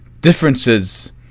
differences